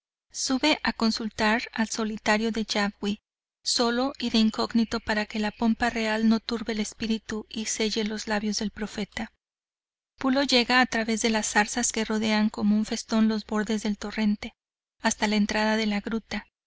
sube a consultar al solitario de jabwi solo y de incógnito para que la pompa real no turbe el espíritu y selle los labios del profeta pulo llega a través de las zarzas que rodean como un festón los bordes del torrente hasta la entrada de la gruta